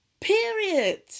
Period